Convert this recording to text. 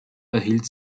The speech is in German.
erhielt